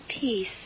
peace